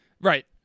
Right